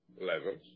levels